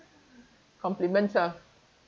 compliments ah